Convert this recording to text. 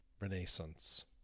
Renaissance